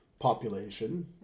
population